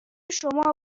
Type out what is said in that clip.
شما